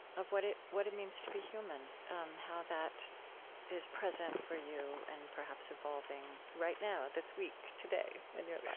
of what it what it means to be human how that is present for you and, perhaps, evolving right now, this week, today, in your life? this